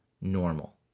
normal